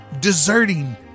deserting